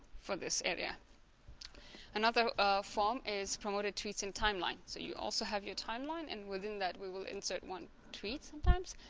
for this area another form is promoted tweets and timeline so you also have your timeline and within that we will insert one tweet sometimes